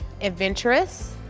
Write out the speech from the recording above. adventurous